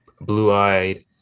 blue-eyed